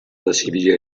decidir